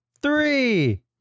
three